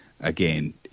again